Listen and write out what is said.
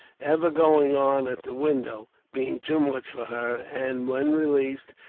ever going on at the window, being too much for her and when released,